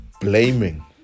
blaming